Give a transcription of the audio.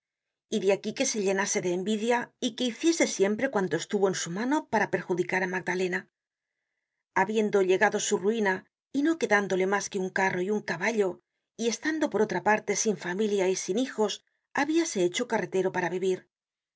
y de aquí que se llenase de envidia y que hiciese siempre cuanto estuvo en su mano para perjudicar á magdalena habiendo llegado su ruina y no quedándole mas que un carro y un caballo y estando por otra parte sin familia y sin hijos habiase hecho carretero para vivir